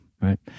right